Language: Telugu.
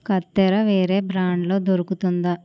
కత్తెర వేరే బ్రాండ్లో దొరుకుతుందా